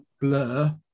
Blur